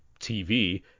TV